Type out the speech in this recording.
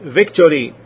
victory